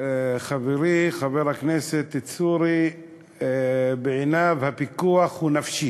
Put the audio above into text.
חברי חבר הכנסת צור, בעיניו הפיקוח הוא, נפשי.